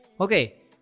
Okay